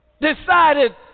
decided